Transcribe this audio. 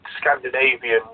Scandinavian